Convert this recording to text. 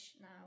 now